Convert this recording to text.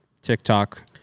TikTok